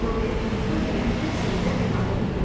porque indu dablemente seria quemado vivo